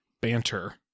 banter